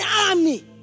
army